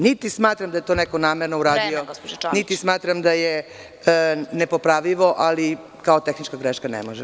Niti smatram da je to neko namerno uradio, niti smatram da je nepopravljivo, ali kao tehnička greška ne može.